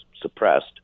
suppressed